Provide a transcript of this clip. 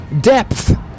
depth